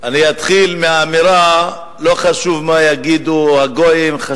לקרוא את הנאומים שלך?